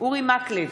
אורי מקלב,